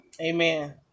amen